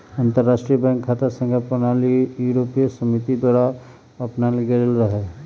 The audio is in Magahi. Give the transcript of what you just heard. अंतरराष्ट्रीय बैंक खता संख्या प्रणाली यूरोपीय समिति द्वारा अपनायल गेल रहै